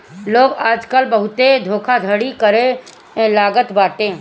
लोग आजकल बहुते धोखाधड़ी करे लागल बाटे